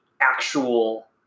actual